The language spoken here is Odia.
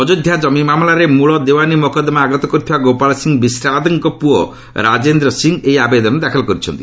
ଅଯୋଧ୍ୟା ଜମି ମାମଲାରେ ମୂଳ ଦେୱାନି ମୋକଦ୍ଦମା ଆଗତ କରିଥିବା ଗୋପାଳ ସିଂ ବିଶ୍ରାଦଙ୍କ ପୁଅ ରାଜେନ୍ଦ୍ର ସିଂ ଏହି ଆବେଦନ ଦାଖଲ କରିଥିଲେ